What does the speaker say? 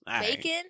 Bacon